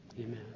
Amen